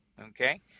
Okay